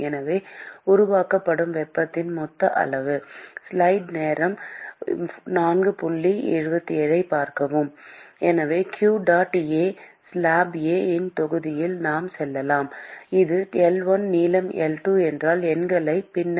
எனவே உருவாக்கப்படும் வெப்பத்தின் மொத்த அளவு எனவே q dot A இந்த ஸ்லாப் A இன் தொகுதியில் நாம் சொல்லலாம் இது L1 நீளம் L1 என்றால் எண்களை பின்னர் வைப்போம்